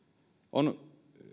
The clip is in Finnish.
on